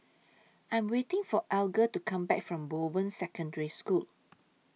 I'm waiting For Alger to Come Back from Bowen Secondary School